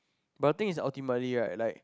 but the thing is ultimately right like